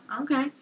Okay